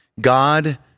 God